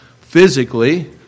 physically